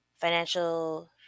financial